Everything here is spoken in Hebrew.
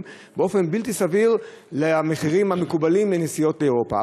בלתי סבירה ביחס למחירים המקובלים בנסיעות לאירופה.